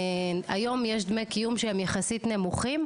היום יש דמי קיום שהם יחסית נמוכים,